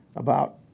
about